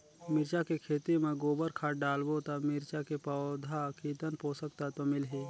मिरचा के खेती मां गोबर खाद डालबो ता मिरचा के पौधा कितन पोषक तत्व मिलही?